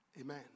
Amen